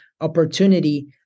opportunity